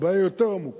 הבעיה יותר עמוקה.